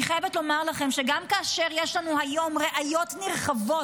אני חייבת לומר לכם שגם כאשר יש לנו היום ראיות נרחבות